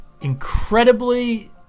incredibly